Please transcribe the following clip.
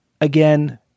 again